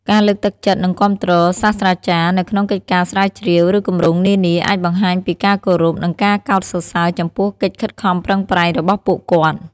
ការលើកទឹកចិត្តនិងគាំទ្រសាស្រ្តាចារ្យនៅក្នុងកិច្ចការស្រាវជ្រាវ ឬគម្រោងនានា អាចបង្ហាញពីការគោរព និងការកោតសរសើរចំពោះកិច្ចខិតខំប្រឹងប្រែងរបស់ពួកគាត់។